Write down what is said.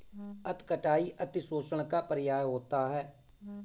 अति कटाई अतिशोषण का पर्याय होता है